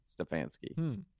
Stefanski